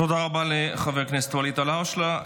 תודה רבה לחבר הכנסת ואליד אלהואשלה.